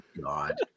god